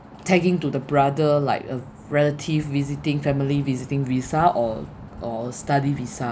tagging to the brother like a relative visiting family visiting visa or or study visa